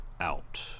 out